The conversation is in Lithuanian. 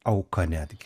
auka netgi